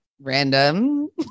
Random